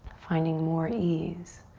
finding more ease,